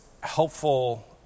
helpful